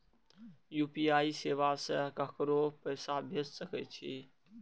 UPI सेवा से ककरो पैसा भेज सके छी?